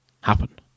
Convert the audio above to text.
happen